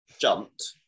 jumped